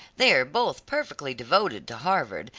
they are both perfectly devoted to harvard,